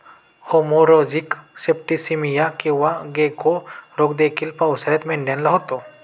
haemorrhagic septicaemia किंवा गेको रोग देखील पावसाळ्यात मेंढ्यांना होतो